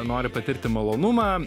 nori patirti malonumą